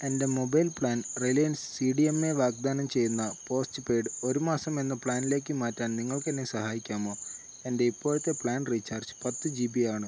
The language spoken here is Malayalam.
എൻ്റെ mobile plan Reliance C D M A വാഗ്ദാനം ചെയ്യുന്ന പോസ്റ്റ്പെയ്ഡ് ഒരു മാസം എന്ന പ്ലാനിലേക്ക് മാറ്റാൻ നിങ്ങൾക്ക് എന്നെ സഹായിക്കാമോ എൻ്റെ ഇപ്പോഴത്തെ പ്ലാൻ റീചാർജ് പത്ത് ജി ബി ആണ്